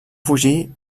fugir